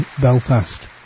Belfast